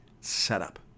setup